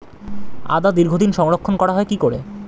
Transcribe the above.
আদা দীর্ঘদিন সংরক্ষণ করা হয় কি করে?